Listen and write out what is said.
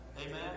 Amen